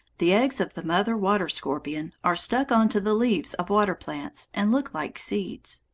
the eggs of the mother water-scorpion are stuck on to the leaves of water-plants, and look like seeds.